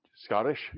Scottish